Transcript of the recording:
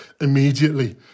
Immediately